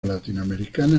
latinoamericana